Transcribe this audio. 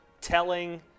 telling